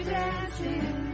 dancing